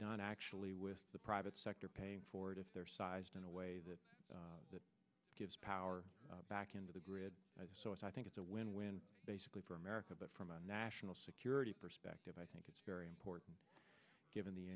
done actually with the private sector paying for it if they're sized in a way that gives power back into the grid so i think it's a win win basically for america but from a national security perspective i think it's very important given the